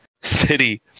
city